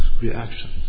reaction